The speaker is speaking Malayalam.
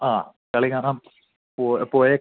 ആ കളി കാണാൻ പോയേക്കാം